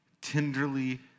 tenderly